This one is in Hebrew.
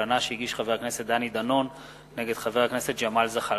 ובקובלנה שהגיש חבר הכנסת דני דנון נגד חבר הכנסת ג'מאל זחאלקה.